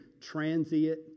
transient